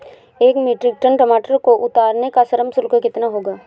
एक metric ton टमाटर को उतारने का श्रम शुल्क कितना होगा?